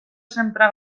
sempre